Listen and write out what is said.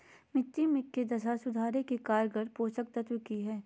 मिट्टी के दशा सुधारे के कारगर पोषक तत्व की है?